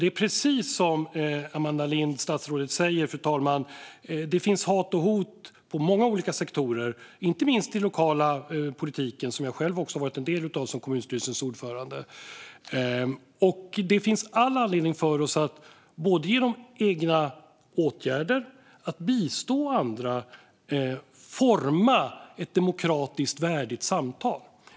Det är precis som statsrådet Amanda Lind säger, fru talman: Det finns hat och hot i många olika sektorer - inte minst i den lokala politiken, som jag själv också har varit en del av som kommunstyrelsens ordförande. Det finns all anledning för oss att, både genom egna åtgärder och genom att bistå andra, forma ett demokratiskt värdigt samtal.